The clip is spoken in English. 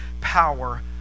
power